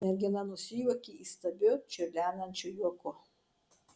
mergina nusijuokė įstabiu čiurlenančiu juoku